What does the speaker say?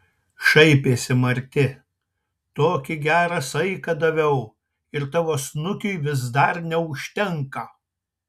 šaipėsi marti tokį gerą saiką daviau ir tavo snukiui vis dar neužtenka